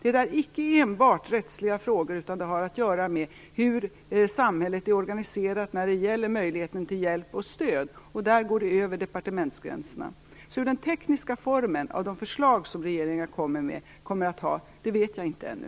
Det är icke enbart rättsliga frågor, utan det har att göra med hur samhället är organiserat när det gäller möjligheten till hjälp och stöd. Där går det över departementsgränserna. Hur den tekniska formen av de förslag som regeringen kommer med kommer att ha vet jag inte ännu.